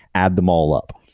add them all up.